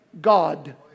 God